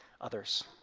others